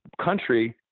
country